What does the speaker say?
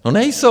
No, nejsou.